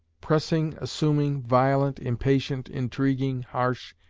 pressing, assuming, violent, impatient, intriguing, harsh,